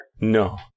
No